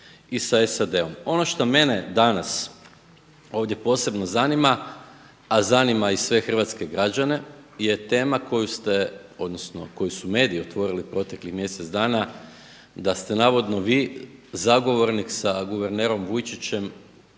i sa SAD-om. Ono što mene danas ovdje posebno zanima, a zanima i sve hrvatske građane je tema koju ste odnosno koju su mediji otvorili proteklih mjesec dana, da ste navodno vi zagovornik sa guvernerom Vujčićem